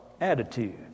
attitude